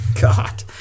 God